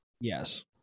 Yes